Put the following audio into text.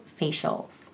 facials